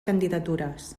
candidatures